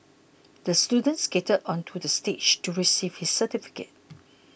the student skated onto the stage to receive his certificate